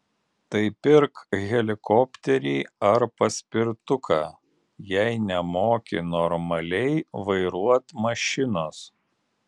tai pirk helikopterį ar paspirtuką jei nemoki normaliai vairuot mašinos